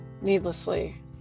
needlessly